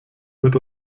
mit